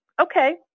Okay